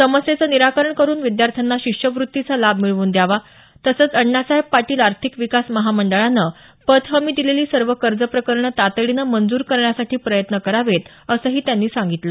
समस्येचं निराकरण करून विद्यार्थ्यांना शिष्यवृत्तीचा लाभ मिळवून द्यावा तसंच अण्णासाहेब पाटील आर्थिक विकास महामंडळानं पत हमी दिलेली सर्व कर्ज प्रकरणं तातडीनं मंजूर करण्यासाठी प्रयत्न करावेत असंही त्यांनी सांगितलं